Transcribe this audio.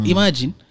Imagine